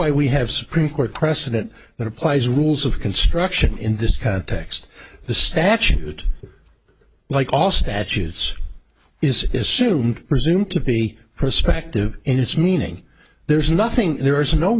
why we have supreme court precedent that applies rules of construction in this context the statute like all statutes is assumed presumed to be prospective in its meaning there's nothing there is no